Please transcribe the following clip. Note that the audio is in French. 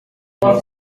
les